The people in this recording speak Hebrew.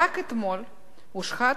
הנושא הזה,